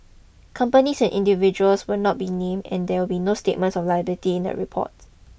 companies and individuals will not be named and there will be no statements of liability in the reports